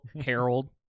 Harold